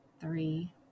three